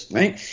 right